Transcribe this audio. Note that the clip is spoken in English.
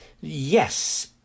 Yes